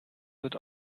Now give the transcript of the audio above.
wird